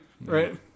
right